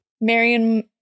Marion